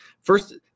First